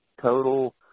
total